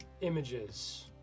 Images